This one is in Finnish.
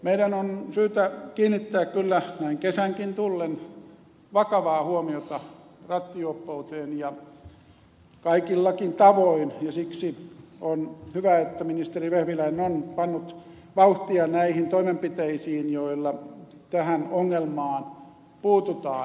meidän on syytä kiinnittää kyllä näin kesänkin tullen vakavaa huomiota rattijuoppouteen kaikillakin tavoin ja siksi on hyvä että ministeri vehviläinen on pannut vauhtia näihin toimenpiteisiin joilla tähän ongelmaan puututaan